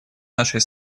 нашей